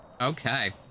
Okay